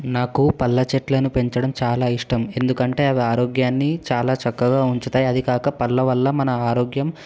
నాకు పళ్ళ చెట్లను పెంచడం చాలా ఇష్టం ఎందుకంటే అవి ఆరోగ్యాన్ని చాలా చక్కగా ఉంచుతాయి అదికాక పళ్ళ వల్ల మన ఆరోగ్యం